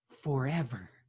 forever